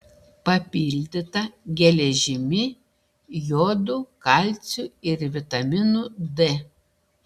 papildyta geležimi jodu kalciu ir vitaminu d